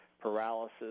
paralysis